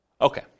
Okay